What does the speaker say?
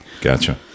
Gotcha